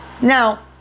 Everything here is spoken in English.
Now